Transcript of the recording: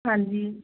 ਹਾਂਜੀ